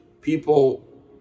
people